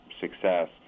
success